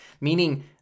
meaning